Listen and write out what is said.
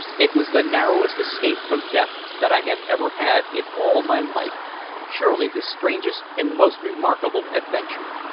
it was the narrowest escape from death that i had ever had in all my life surely the strangest and most remarkable adventure.